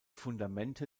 fundamente